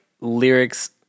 lyrics